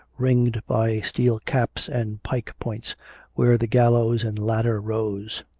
ringed by steel caps and pike-points where the gallows and ladder rose.